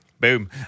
Boom